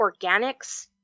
organics